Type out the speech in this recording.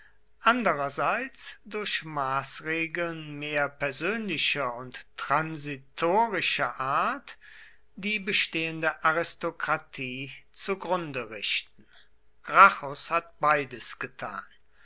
andererseits durch maßregeln mehr persönlicher und transitorischer art die bestehende aristokratie zugrunde richten gracchus hat beides getan